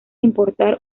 importar